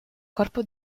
corpo